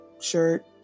shirt